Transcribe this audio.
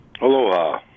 Aloha